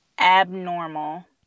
abnormal